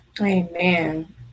Amen